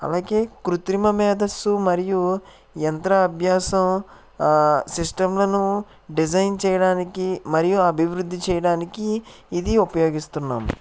అలాగే కృత్రిమ మేధస్సు మరియు యంత్రాభ్యాసం సిస్టంలను నువ్వు డిజైన్ చేయడానికి మరియు అభివృద్ధి చేయడానికి ఇది ఉపయోగిస్తున్నాము